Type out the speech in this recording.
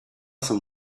some